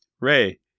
Ray